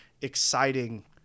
exciting